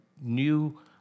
new